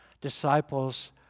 Disciples